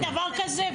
אין דבר כזה,